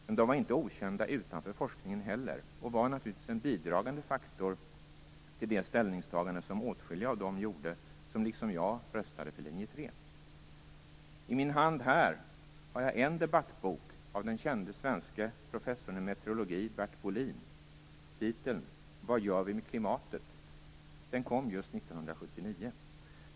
Men de var inte okända utanför forskningen heller, och de var naturligtvis en bidragande faktor till det ställningstagande som åtskilliga av dem gjorde som liksom jag röstade på linje 3. I min hand har jag här en debattbok av den kände svenske professorn i meteorologi Bert Bolin. Titeln är Vad gör vi med klimatet? Boken kom 1979.